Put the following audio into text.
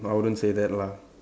I wouldn't say that lah